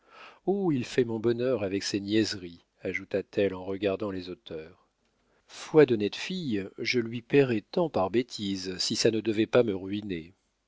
il fait mon bonheur avec ses niaiseries ajouta-t-elle en regardant les auteurs foi d'honnête fille je lui payerais tant par bêtise si ça ne devait pas me ruiner